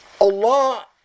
Allah